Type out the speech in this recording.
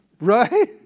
Right